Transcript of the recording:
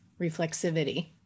reflexivity